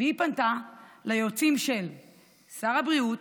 היא פנתה ליועצים של שר הבריאות,